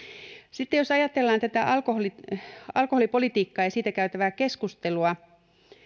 sitten jos ajatellaan tätä alkoholipolitiikkaa ja siitä käytävää keskustelua